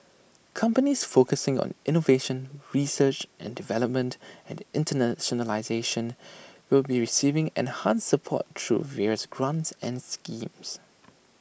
companies focusing on innovation research and development and internationalisation will be receiving enhanced support through various grants and schemes